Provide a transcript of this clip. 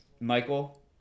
Michael